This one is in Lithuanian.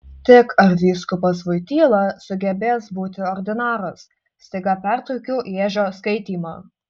tik ar vyskupas voityla sugebės būti ordinaras staiga pertraukiau ježio skaitymą